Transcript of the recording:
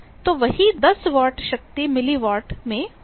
तो वही 10 वॉट शक्ति मिलीवाट में होगी